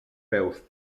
peus